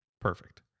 Perfect